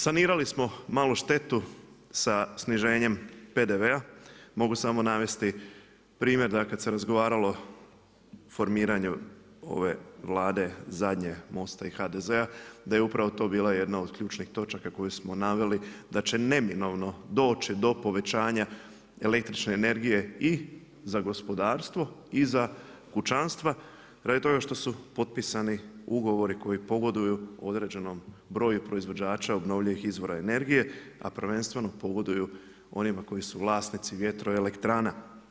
Sanirali smo malo štetu sa sniženjem PDV-a, mogu samo navesti primjer dakle kada se razgovaralo o formiranju ove zadnje vlade Mosta-a i HDZ-a da je upravo to bila jedna od ključnih točaka koju smo naveli da će neminovno doći do povećanja električne energije i za gospodarstvo i za kućanstva radi toga što su potpisani ugovori koji pogoduju određenom broju proizvođača obnovljivih izvora energije, a prvenstveno pogoduju onima koji su vlasnici vjetroelektrana.